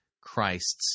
Christ's